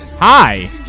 Hi